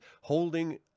holding